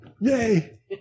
yay